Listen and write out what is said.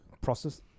Process